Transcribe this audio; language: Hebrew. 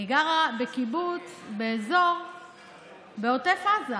אני גרה בקיבוץ בעוטף עזה.